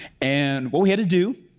and what we had to do,